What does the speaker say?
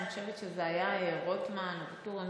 אני חושבת שזה היה רוטמן או ואטורי,